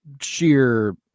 sheer